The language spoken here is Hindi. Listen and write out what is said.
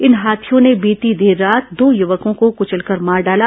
इन हाथियों ने बीती देर रात दो युवकों को कचलकर मार डाला